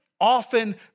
often